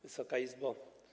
Wysoka Izbo!